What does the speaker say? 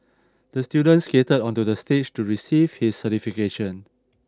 the student skated onto the stage to receive his certification